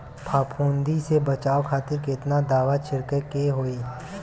फाफूंदी से बचाव खातिर केतना दावा छीड़के के होई?